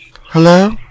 Hello